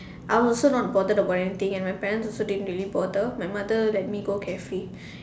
I also not bothered about anything and my parents also didn't really bother my mother let me go carefree